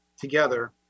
together